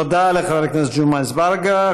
תודה לחבר הכנסת ג'מעה אזברגה.